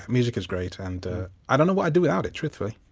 music is great and i don't know what i'd do without it, truthfully